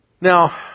Now